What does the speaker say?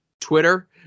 Twitter